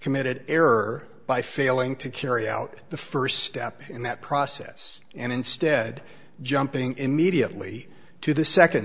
committed error by failing to carry out the first step in that process and instead of jumping immediately to the second